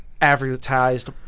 advertised